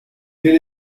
quel